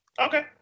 Okay